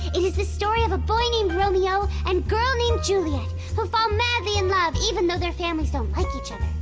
it is the story a boy named romeo and girl named juliet who fall madly in love even though their families don't like each other.